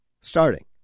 starting